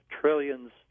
trillions